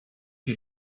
die